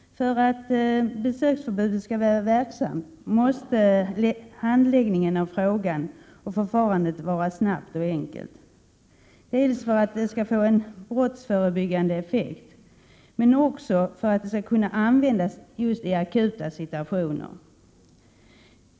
För att besöksförbud skall vara verksamt måste handläggningen av frågan och förfarandet vara snabbt och enkelt, dels för att en brottsförebyggande effekt skall kunna erhållas, dels för att förfarandet skall kunna användas i just akuta situationer.